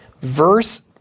verse